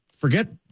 forget